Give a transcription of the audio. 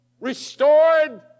restored